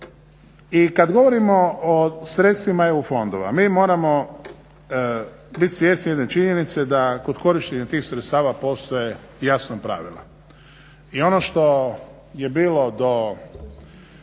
I kad govorimo o sredstvima EU fondova mi moramo bit svjesni jedne činjenice da kod korištenja tih sredstava postoje jasna pravila. I ono što je bilo do,